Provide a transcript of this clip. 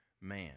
man